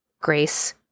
Grace